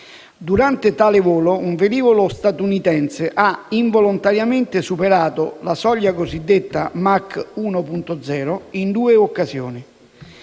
Durante tale volo, un velivolo statunitense ha involontariamente superato la soglia cosiddetta mach 1.0 in due occasioni.